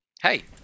hey